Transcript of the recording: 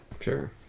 Sure